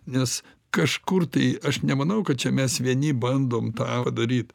nes kažkur tai aš nemanau kad čia mes vieni bandom tą daryt